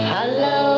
Hello